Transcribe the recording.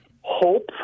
hope